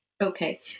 Okay